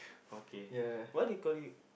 okay what do you call it